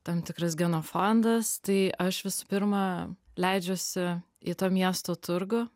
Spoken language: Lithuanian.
tam tikras genofondas tai aš visų pirma leidžiuosi į to miesto turgų